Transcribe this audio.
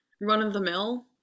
run-of-the-mill